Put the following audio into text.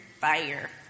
fire